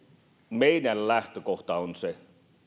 meidän lähtökohta on se